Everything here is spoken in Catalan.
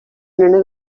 nena